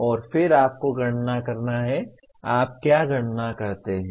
और फिर आपको गणना करना है आप क्या गणना करते हैं